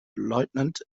lieutenant